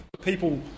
People